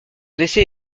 décès